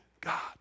God